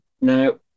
Now